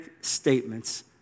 statements